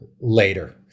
later